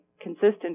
consistent